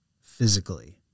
physically